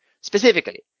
Specifically